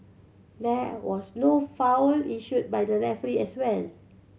there was no foul issued by the referee as well